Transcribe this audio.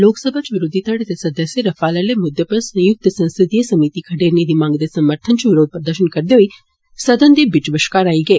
लोकसभा च बरोधी धड़े दे सदस्यें रफेल आह्ले मुद्दे उप्पर संयुक्त संसदीय समितियां खड़ेरने दी मंग दे समर्थन च बरोध प्रदर्षन करदे होई सदन दे बिच्च बष्कार आई गे